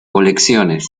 colecciones